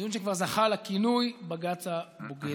דיון שכבר זכה לכינוי "בג"ץ הבוגדת".